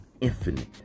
infinite